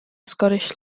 scottish